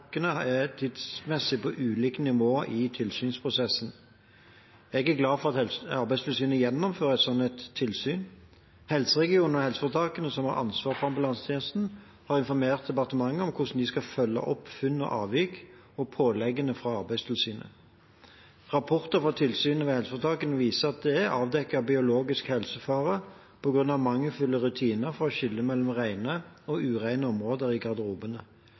er tidsmessig på ulikt nivå i tilsynsprosessen. Jeg er glad for at Arbeidstilsynet gjennomfører et sånt tilsyn. Helseregionene og helseforetakene, som har ansvar for ambulansetjenesten, har informert departementet om hvordan de skal følge opp funn og avvik og påleggene fra Arbeidstilsynet. Rapporter fra tilsyn ved helseforetakene viser at det er avdekket biologisk helsefare på grunn av mangelfulle rutiner for å skille mellom rene og urene områder i garderobene.